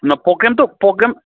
ন প্ৰগ্ৰেমটো প্ৰগ্ৰেম